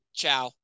ciao